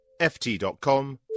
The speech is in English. ft.com